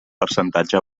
percentatge